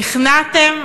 נכנעתם,